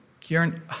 Kieran